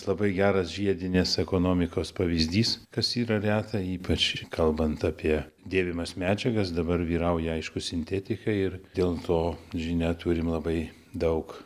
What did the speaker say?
labai geras žiedinės ekonomikos pavyzdys kas yra reta ypač kalbant apie dėvimas medžiagas dabar vyrauja aiškus sintetika ir dėl to žinia turime labai daug